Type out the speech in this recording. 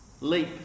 Leap